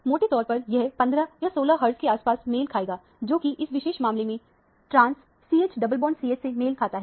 तो मोटे तौर पर यह 15 या 16 हर्टज के आसपास मेल खाएगा जो कि इस विशेष मामले में ट्रांस CHडबल बॉन्डCH से मिल खाता है